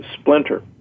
splinter